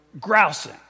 grousing